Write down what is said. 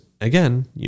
Again